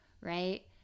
right